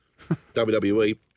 WWE